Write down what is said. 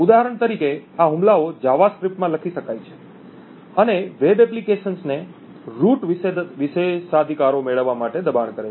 ઉદાહરણ તરીકે આ હુમલાઓ જાવાસ્ક્રિપ્ટમાં લખી શકાય છે અને વેબ એપ્લિકેશંસને રુટ વિશેષાધિકારો મેળવવા માટે દબાણ કરે છે